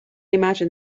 imagine